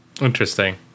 Interesting